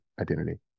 identity